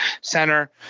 center